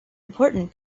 important